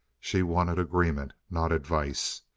she wanted agreement, not advice.